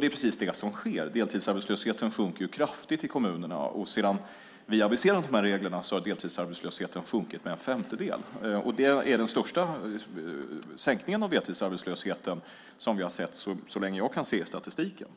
Det är precis det som sker. Deltidsarbetslösheten sjunker kraftigt i kommunerna. Och sedan vi aviserade dessa regler har deltidsarbetslösheten sjunkit med en femtedel. Det är den största sänkningen av deltidsarbetslösheten som vi har sett så länge jag kan se av statistiken.